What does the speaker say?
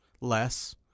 less